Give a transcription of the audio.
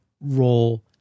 role